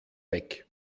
weg